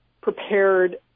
prepared